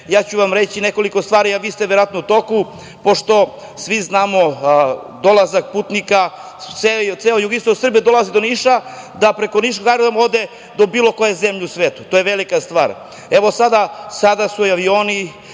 ću vam nekoliko stvari, a vi ste verovatno u toku. Pošto svi znamo dolazak putnika, ceo jugoistok Srbije dolazi do Niša, da preko niškog aerodroma ode do bilo koje zemlje u svetu, to je velika stvar. Sada su avioni